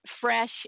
fresh